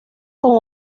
con